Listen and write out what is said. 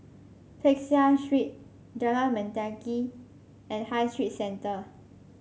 Peck Seah Street Jalan Mendaki and High Street Centre